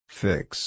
fix